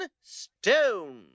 Stone